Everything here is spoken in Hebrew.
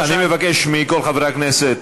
אני מבקש מכל חברי הכנסת.